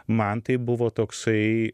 man tai buvo toksai